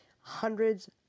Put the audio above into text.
Hundreds